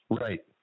Right